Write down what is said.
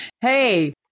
hey